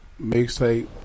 mixtape